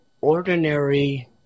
ordinary